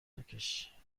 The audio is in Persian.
بکش